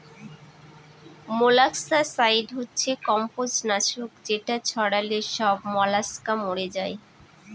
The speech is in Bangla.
মোলাস্কাসাইড হচ্ছে কম্বজ নাশক যেটা ছড়ালে সব মলাস্কা মরে যায়